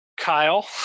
Kyle